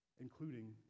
including